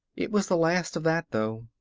it was the last of that, though.